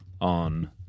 on